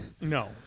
No